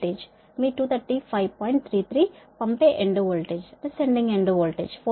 33 పంపే end voltage 4